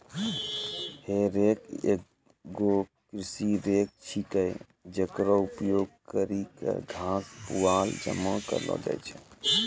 हे रेक एगो कृषि रेक छिकै, जेकरो उपयोग करि क घास, पुआल जमा करलो जाय छै